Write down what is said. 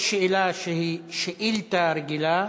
יש שאלה שהיא שאילתה רגילה,